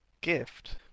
gift